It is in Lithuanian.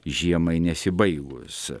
žiemai nesibaigus